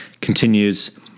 Continues